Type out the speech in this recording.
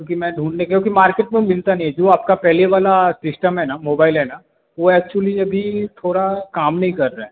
क्योंकि मैं ढूँढने क्योंकि मार्केट में वो मिलता नहीं है जो आपका पहले वाला सिस्टम है ना मोबाइल है ना वो एक्चुअली अभी थोड़ा काम नहीं कर रहा है